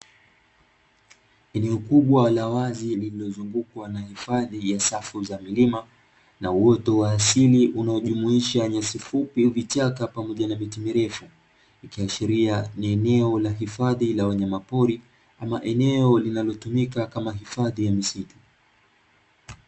Eneo kubwa la wazi lililozungukwa na hifadhi ya safu za milima na uoto wa asili unaojumuisha nyasi fupi, vichaka pamoja na miti mirefu ikiashiria ni eneo la hifadhi la wanyamapori ama eneo linalotumika kama hifadhi ya misitu.